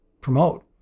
promote